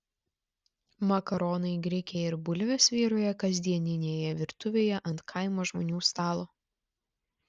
makaronai grikiai ir bulvės vyrauja kasdieninėje virtuvėje ant kaimo žmonių stalo